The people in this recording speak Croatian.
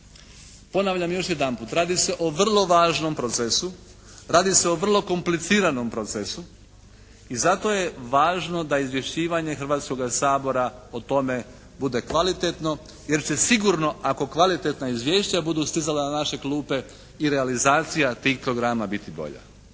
Ponavljam još jedanput. Radi se o vrlo važnom procesu. Radi se o vrlo kompliciranom procesu i zato je važno da izvješćivanje Hrvatskoga sabora o tome bude kvalitetno jer će sigurno ako kvalitetna izvješća budu stizala na naše klupe i realizacija tih programa biti bolja.